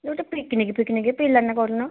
ଗୋଟେ ପିକ୍ନିକ୍ ଫିକ୍ନିକ୍ ପ୍ଲାନ୍ କରୁନ